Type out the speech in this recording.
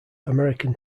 american